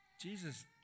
Jesus